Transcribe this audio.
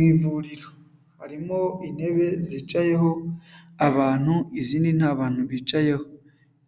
Mu ivuriro harimo intebe zicayeho abantu izindi nta bantu bicayeho,